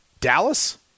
Dallas